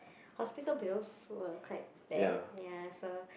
hospital bills were quite bad ya so